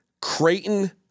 Creighton